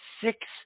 six